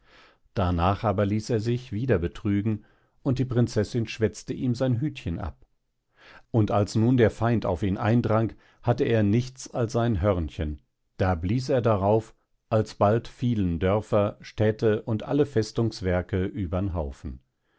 darnach aber ließ er sich wie der betrügen und die prinzessin schwäzte ihm sein hütchen ab und als nun der feind auf ihn eindrang hatte er nichts als sein hörnchen da blies er darauf alsbald fielen dörfer städte und alle festungswerke übern haufen